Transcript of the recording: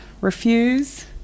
refuse